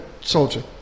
soldier